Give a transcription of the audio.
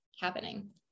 happening